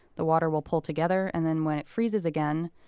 the water will pull together, and then when it freezes again,